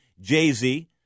Jay-Z